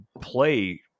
play